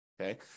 Okay